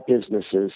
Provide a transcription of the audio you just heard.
businesses